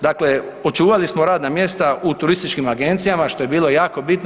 Dakle, očuvali smo radna mjesta u turističkim agencijama što je bilo jako bitno.